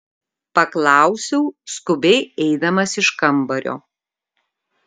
paklausiau skubiai eidamas iš kambario